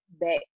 back